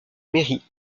mairie